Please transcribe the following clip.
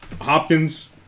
Hopkins